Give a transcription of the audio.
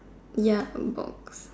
ya